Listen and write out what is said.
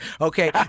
Okay